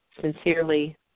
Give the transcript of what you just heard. Sincerely